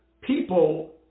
people